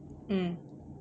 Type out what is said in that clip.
mm